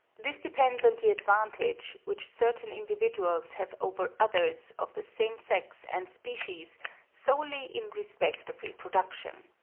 this depends on the advantage which certain individuals have over others of the same sex and species solely in respect of reproduction.